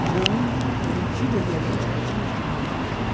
जों बेरेंसि दैआवनो सानस्रिनो सोलोंनांदों